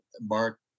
mark